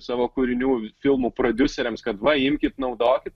savo kūrinių filmų prodiuseriams kad va imkit naudokit